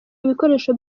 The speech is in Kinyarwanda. ibikoresho